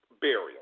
burial